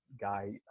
guy